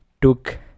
took